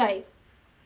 like um